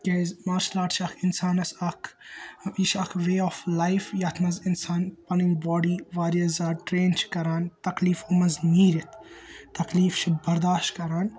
کیٛازِ martial art چھُ اَکھ اِنسانَس اَکھ یہِ چھُ اَکھ ویٚے آف لایِف یِتھ منٛز اِنسان پَنٕںۍ باڈی واریاہ زیادٕ ٹرین چھِ کَران تَکلیٖفو منٛز نیٖرِِتھ تَکلیٖف چھُ بَرداش کَران